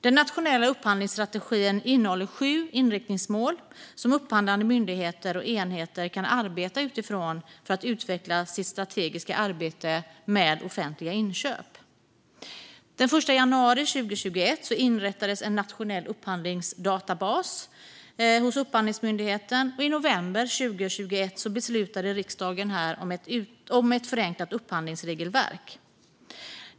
Den nationella upphandlingsstrategin innehåller sju inriktningsmål som upphandlande myndigheter och enheter kan arbeta utifrån för att utveckla sitt strategiska arbete med offentliga inköp. Den 1 januari 2021 inrättades en nationell upphandlingsdatabas hos Upphandlingsmyndigheten. I november 2021 beslutade riksdagen om ett förenklat upphandlingsregelverk.